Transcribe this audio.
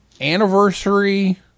anniversary